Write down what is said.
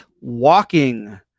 walking